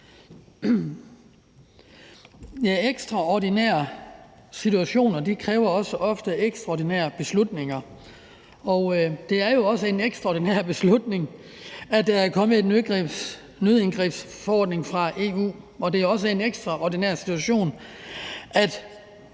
Tak. Ekstraordinære situationer kræver også ofte ekstraordinære beslutninger, og det er jo også en ekstraordinær beslutning, at der er kommet en nødindgrebsforordning fra EU, og det er også en ekstraordinær situation, at